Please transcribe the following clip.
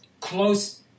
close